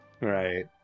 Right